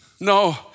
No